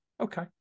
Okay